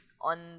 on